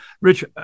Rich